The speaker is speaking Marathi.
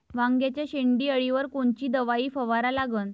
वांग्याच्या शेंडी अळीवर कोनची दवाई फवारा लागन?